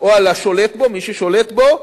או על השולט בו, מי ששולט בו,